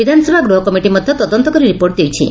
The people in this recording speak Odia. ବିଧାନସଭା ଗୃହ କମିଟି ମଧ୍ଧ ତଦନ୍ତ କରି ରିପୋଟ ଦେଇଛୁ